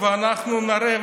ואנחנו נראה,